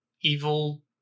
evil